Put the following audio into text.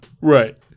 Right